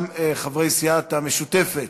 גם חברי הסיעה המשותפת,